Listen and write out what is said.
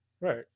Right